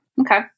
Okay